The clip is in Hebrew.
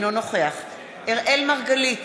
אינו נוכח אראל מרגלית,